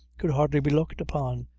could hardly be looked, upon,